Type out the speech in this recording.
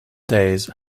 days